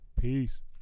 Peace